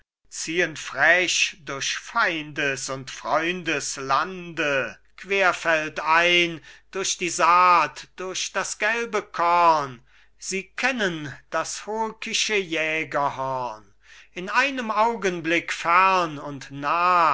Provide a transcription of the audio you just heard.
ziehen frech durch feindes und freundes lande querfeldein durch die saat durch das gelbe korn sie kennen das holkische jägerhorn in einem augenblick fern und nah